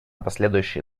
последующие